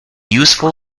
useful